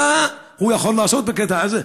מה הוא יכול לעשות בקטע הזה?